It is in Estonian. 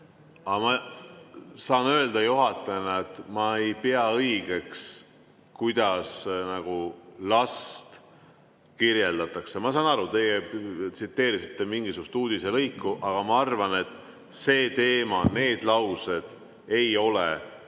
Aga ma saan öelda juhatajana, et ma ei pea õigeks, kuidas last kirjeldatakse. Ma saan aru, et teie tsiteerisite mingisugust uudiselõiku, aga ma arvan, et see teema, need laused ei ole siin